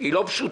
היא לא פשוטה.